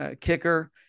kicker